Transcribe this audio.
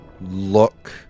look